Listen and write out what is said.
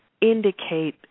indicate